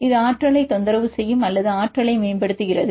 இது ஆற்றலைத் தொந்தரவு செய்யும் அல்லது ஆற்றலை மேம்படுத்துகிறது